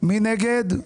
מי נגד?